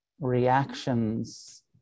reactions